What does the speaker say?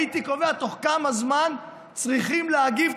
הייתי קובע תוך כמה זמן צריכים להגיב,